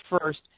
first